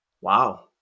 Wow